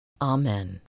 Amen